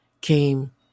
came